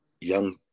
young